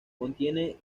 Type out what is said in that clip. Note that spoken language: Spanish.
contiene